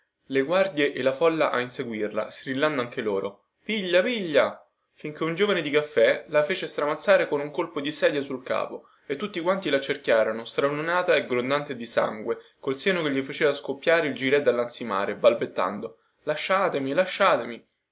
le guardie e la folla a inseguirla strillando anche loro piglia piglia finchè un giovane di caffè la fece stramazzare con un colpo di sedia sul capo e tutti quanti laccerchiarono stralunata e grondante di sangue col seno che gli faceva scoppiare il gilè dallansimare balbettando lasciatemi lasciatemi